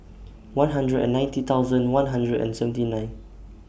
one hundred and ninety thousand one hundred and seventy nine